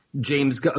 James